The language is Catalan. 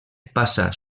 passa